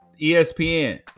ESPN